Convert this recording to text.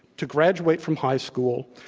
to graduate from high school,